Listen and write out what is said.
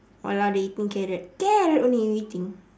no lah they eating carrot carrot only they eating